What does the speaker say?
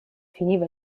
finiva